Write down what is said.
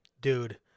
Dude